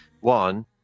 one